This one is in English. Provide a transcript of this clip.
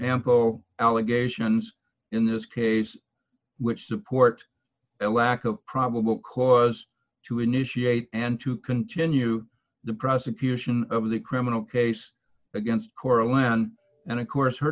ample allegations in this case which support a lack of probable cause to initiate and to continue the prosecution of the criminal case against cora land and of course her